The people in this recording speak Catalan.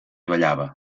ballava